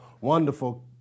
Wonderful